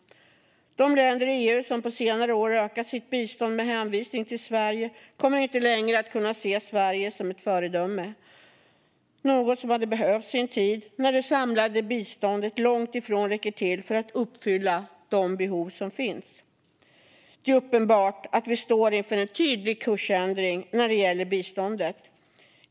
De länder i EU som på senare år har ökat sitt bistånd med hänvisning till Sverige kommer inte längre att kunna se Sverige som ett föredöme - något som hade behövts i en tid när det samlade biståndet långt ifrån räcker för att uppfylla de behov som finns. Det är uppenbart att vi står inför en tydlig kursändring när det gäller biståndet.